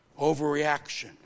Overreaction